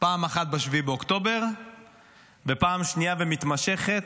פעם אחת ב-7 באוקטובר ופעם שנייה ומתמשכת